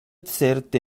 certe